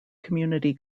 community